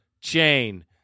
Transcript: chain